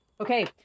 okay